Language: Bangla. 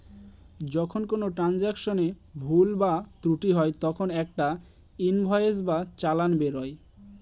যখন কোনো ট্রান্সাকশনে ভুল বা ত্রুটি হয় তখন একটা ইনভয়েস বা চালান বেরোয়